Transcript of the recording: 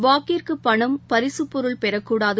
வாக்கிற்குபணம் பரிசுப்பொருள் பெறக்கூடாது